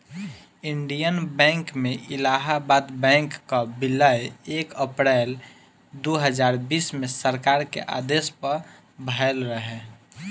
Indian Bank में Allahabad bank कअ विलय एक अप्रैल दू हजार बीस में सरकार के आदेश पअ भयल रहे